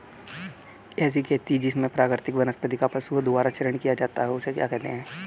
ऐसी खेती जिसमें प्राकृतिक वनस्पति का पशुओं द्वारा चारण किया जाता है उसे क्या कहते हैं?